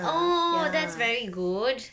oh oh that's very good